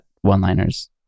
one-liners